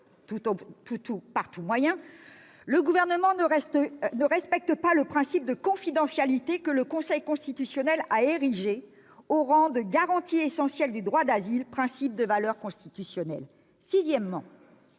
faire « par tout moyen », le Gouvernement ne respecte pas le principe de confidentialité que le Conseil constitutionnel a érigé au rang de « garantie essentielle du droit d'asile », principe de valeur constitutionnelle. Sixièmement,